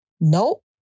nope